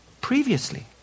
previously